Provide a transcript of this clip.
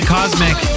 Cosmic